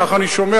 כך אני שומע,